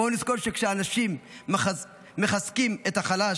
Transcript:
בואו נזכור שכשאנו מחזקים את החלש,